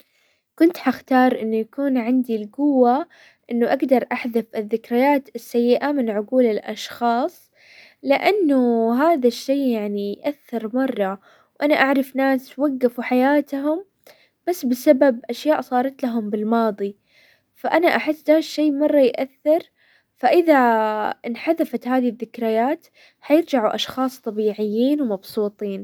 كنت حختار انه يكون عندي القوة انه اقدر احذف الذكريات السيئة من عقول الاشخاص، لانه هذا الشي يعني اثر مرة وانا اعرف ناس وقفوا حياتهم بس بسبب اشياء صارت لهم بالماضي، فانا احس ذا الشي مرة يأثر، فاذا انحذفت هذي الذكريات حيرجعوا اشخاص طبيعيين ومبسوطين.